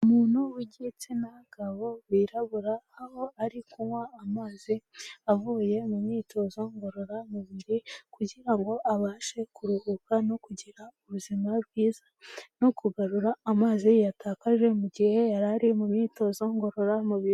Umuntu w'igitsina gabo wirabura aho ari kunywa amazi, avuye mu myitozo ngororamubiri, kugira ngo abashe kuruhuka no kugira ubuzima bwiza, no kugarura amazi yatakaje mu gihe yari ari mu myitozo ngororamubiri.